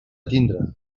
tindre